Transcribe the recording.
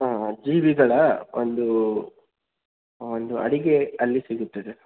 ಜೀವಿಗಳ ಒಂದು ಒಂದು ಅಡಿಗೆ ಅಲ್ಲಿ ಸಿಗುತ್ತದೆ